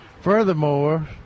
Furthermore